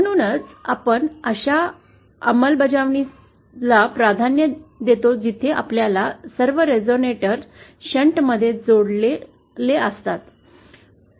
म्हणूनच आपन अशा अंमलबजावणीला प्राधान्य देतो जिथे आपले सर्व रेझोनिएटर शंट मध्ये जोडले असतात